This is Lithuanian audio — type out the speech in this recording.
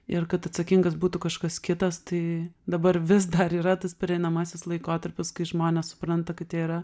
ir kad atsakingas būtų kažkas kitas tai dabar vis dar yra tas pereinamasis laikotarpis kai žmonės supranta kad jie yra